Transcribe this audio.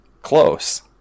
close